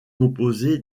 composé